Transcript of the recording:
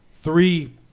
three